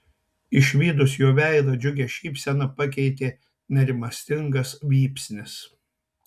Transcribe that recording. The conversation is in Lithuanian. išvydus jo veidą džiugią šypseną pakeitė nerimastingas vypsnis